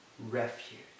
Refuge